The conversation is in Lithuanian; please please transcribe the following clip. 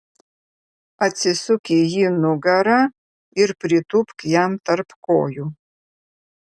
atsisuk į jį nugara ir pritūpk jam tarp kojų